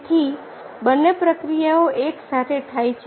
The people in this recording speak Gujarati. તેથી બંને પ્રક્રિયાઓ એક સાથે થાય છે